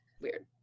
weird